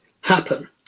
happen